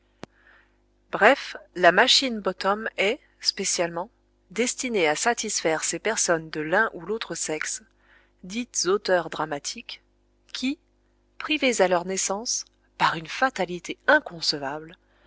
bref la machine bottom est spécialement destinée à satisfaire ces personnes de l'un ou l'autre sexe dites auteurs dramatiques qui privées à leur naissance par une fatalité inconcevable